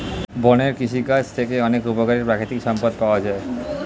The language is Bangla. বনের কৃষিকাজ থেকে অনেক উপকারী প্রাকৃতিক সম্পদ পাওয়া যায়